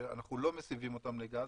שאנחנו לא מסבים לגז.